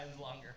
longer